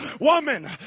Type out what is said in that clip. Woman